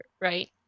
right